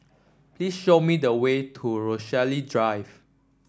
please show me the way to Rochalie Drive